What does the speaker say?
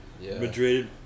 Madrid